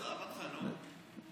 עזוב אותך, נו.